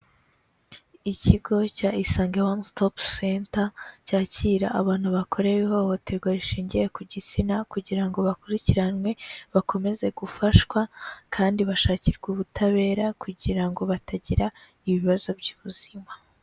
Ikigo cya Isange one stop center cyakira abantu bakorewe ihohoterwa rishingiye ku gitsina kugira ngo bakurikiranwe, bakomeze gufashwa kandi bashakirwe ubutabera kugira ngo batagira ibibazo by'ubuzima.